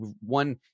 one